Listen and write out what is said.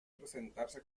presentarse